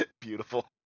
Beautiful